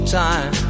time